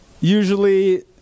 usually